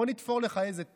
בוא נתפור לך איזה תיק,